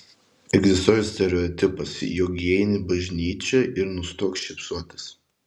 egzistuoja stereotipas jog įeini bažnyčią ir nustok šypsotis